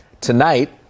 Tonight